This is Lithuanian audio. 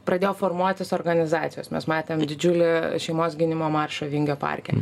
pradėjo formuotis organizacijos mes matėm didžiulį šeimos gynimo maršą vingio parke